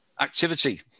activity